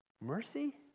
mercy